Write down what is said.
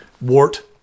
wart